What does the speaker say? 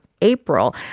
April